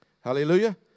Hallelujah